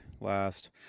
last